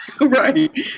right